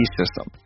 system